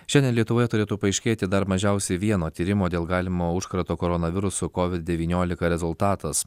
šiandien lietuvoje turėtų paaiškėti dar mažiausiai vieno tyrimo dėl galimo užkrato koronavirusu covid devyniolika rezultatas